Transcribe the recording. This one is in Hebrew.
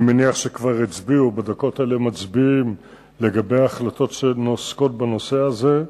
אני מניח שבדקות האלה מצביעים לגבי החלטות שעוסקות בנושא הזה.